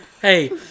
Hey